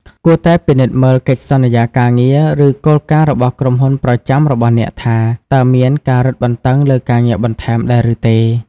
គួរតែពិនិត្យមើលកិច្ចសន្យាការងារ ឬគោលការណ៍របស់ក្រុមហ៊ុនប្រចាំរបស់អ្នកថា តើមានការរឹតបន្តឹងលើការងារបន្ថែមដែរឬទេ។